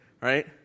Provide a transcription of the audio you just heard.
Right